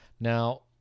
Now